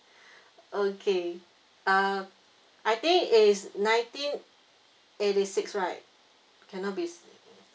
okay um I think is nineteen eighty six right cannot be